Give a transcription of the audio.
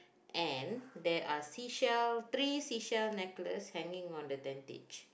and there are sea shell three sea shell necklace hanging on the tentage